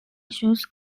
issues